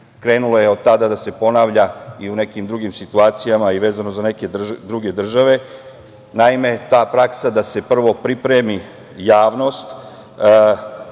krenulo je od tada da se ponavlja i u nekim drugim situacijama vezano za neke druge države. Naime, ta praksa da se prvo pripremi javnost